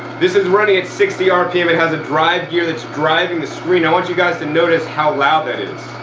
this is running at sixty rpm. it has a drive gear that's driving the screen. i want you guys to notice how loud that is.